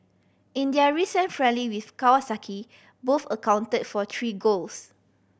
in their recent friendly with Kawasaki both accounted for three goals